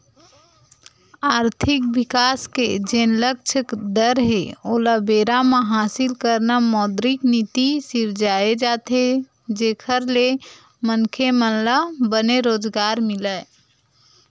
आरथिक बिकास के जेन लक्छ दर हे ओला बेरा म हासिल करना मौद्रिक नीति सिरजाये जाथे जेखर ले मनखे मन ल बने रोजगार मिलय